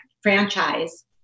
franchise